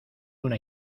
una